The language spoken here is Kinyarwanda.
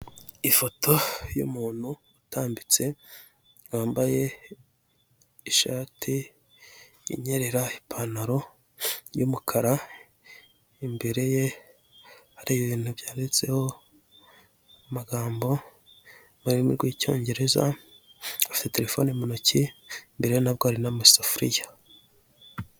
Ifoto y'umuntu utambitse wambaye ishati inyerera ipantaro y'umukara imbere ye hari ibintu byanditseho amagambo mururimi rw'icyongereza bafite telefone mu ntoki imbere nabwo hari n'amasafuriya.